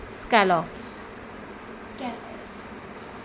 scallops